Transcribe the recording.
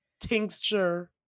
Tincture